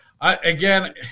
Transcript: Again